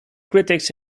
critics